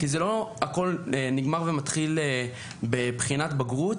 לא הכול נגמר ומתחיל בבחינת בגרות,